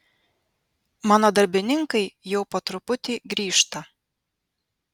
mano darbininkai jau po truputį grįžta